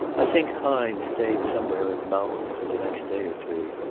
i think hines stayed somewhere in the mountains for the next day or two,